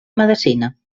medecina